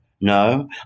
No